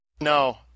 no